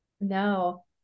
No